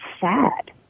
sad